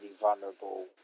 vulnerable